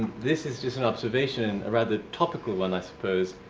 this is just an observation, a rather topical one i suppose.